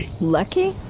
Lucky